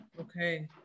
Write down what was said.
okay